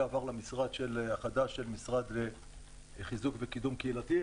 עבר למשרד החדש של חיזוק וקידום קהילתי,